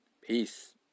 peace